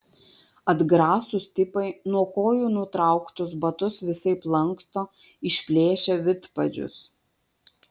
atgrasūs tipai nuo kojų nutrauktus batus visaip lanksto išplėšia vidpadžius